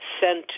sent